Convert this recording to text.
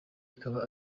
ikaba